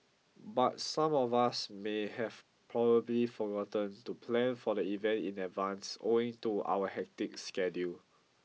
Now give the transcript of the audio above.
but some of us may have probably forgotten to plan for the event in advance owing to our hectic schedule